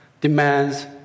demands